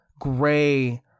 gray